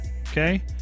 okay